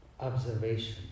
Observation